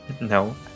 no